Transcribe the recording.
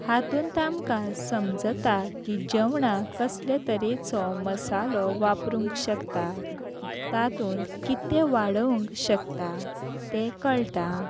हातूंत आमकां समजता की जेवणाक कसले तरेचो मसालो वापरूंक शकता तातूंत कितें वाडोवंक शकता तें कळटा